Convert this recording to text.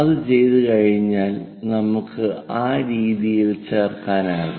അത് ചെയ്തുകഴിഞ്ഞാൽ നമുക്ക് ആ രീതിയിൽ ചേർക്കാനാകും